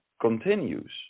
continues